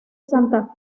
santa